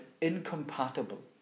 incompatible